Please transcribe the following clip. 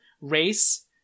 race